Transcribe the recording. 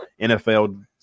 NFL